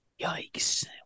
yikes